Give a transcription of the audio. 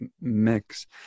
mix